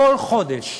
כל חודש,